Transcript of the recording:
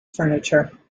furniture